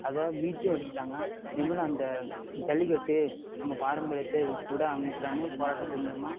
அதை மீட்டும் எடுத்துட்டாங்கள் இனிமேல் அந்த ஜல்லிக்கட்டு நம்ம பாரம்பரியத்தை விட ஆரம்பிச்சிடுவாங்கனு போராட்டத்து மூலயமா